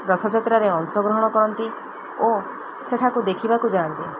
ରଥଯାତ୍ରାରେ ଅଂଶଗ୍ରହଣ କରନ୍ତି ଓ ସେଠାକୁ ଦେଖିବାକୁ ଯାଆନ୍ତି